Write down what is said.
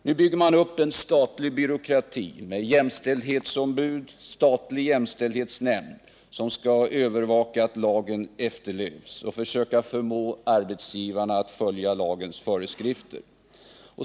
Nu bygger man upp en statlig byråkrati med jämställdhetsombud och en statlig jämställdhetsnämnd som skall övervaka att lagen efterlevs och förmå arbetsgivarna Att följa lagens föreskrifter.